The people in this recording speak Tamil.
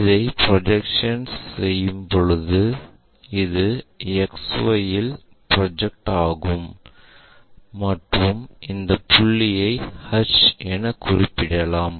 இதை ப்ரொஜெக்ஷன் செய்யும்பொழுது இது XY இல் ப்ரொஜெக்ட் ஆகும் மற்றும் இந்த புள்ளியை h என குறிப்பிடலாம்